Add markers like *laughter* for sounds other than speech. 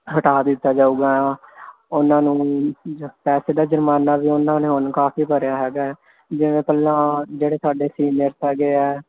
ਹਟਾ ਦਿੱਤਾ ਜਾਊਗਾ ਉਹਨਾਂ ਨੂੰ *unintelligible* ਪੈਸੇ ਦਾ ਜੁਰਮਾਨਾ ਵੀ ਉਹਨਾਂ ਨੇ ਹੁਣ ਕਾਫ਼ੀ ਭਰਿਆ ਹੈਗਾ ਜਿਵੇਂ ਪਹਿਲਾਂ ਜਿਹੜੇ ਸਾਡੇ ਸੀਨੀਅਰਸ ਹੈਗੇ ਆ